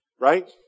Right